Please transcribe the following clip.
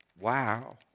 Wow